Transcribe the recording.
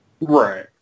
Right